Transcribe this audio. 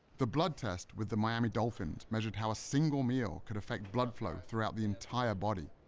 the blood test with the miami dolphins measured how a single meal could affect blood flow throughout the entire body.